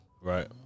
Right